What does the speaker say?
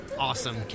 Awesome